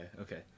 okay